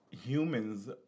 humans